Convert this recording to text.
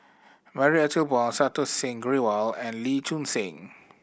Marie Ethel Bong Santokh Singh Grewal and Lee Choon Seng